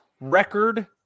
Record